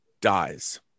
dies